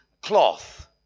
cloth